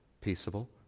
peaceable